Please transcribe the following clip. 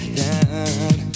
down